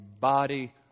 body